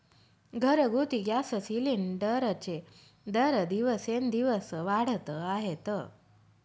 घरगुती गॅस सिलिंडरचे दर दिवसेंदिवस वाढत आहेत